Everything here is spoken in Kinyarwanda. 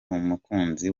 umukunzi